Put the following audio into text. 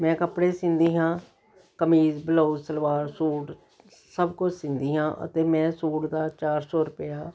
ਮੈਂ ਕੱਪੜੇ ਸਿਉਂਦੀ ਹਾਂ ਕਮੀਜ਼ ਬਲਾਊਜ਼ ਸਲਵਾਰ ਸੂਟ ਸਭ ਕੁਝ ਸਿਉਂਦੀ ਹਾਂ ਅਤੇ ਮੈਂ ਸੂਟ ਦਾ ਚਾਰ ਸੌ ਰੁਪਇਆ